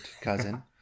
cousin